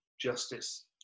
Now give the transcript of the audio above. justice